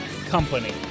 company